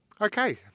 Okay